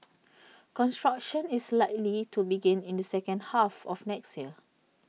construction is likely to begin in the second half of next year